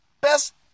best